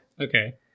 Okay